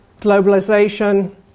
globalization